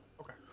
Okay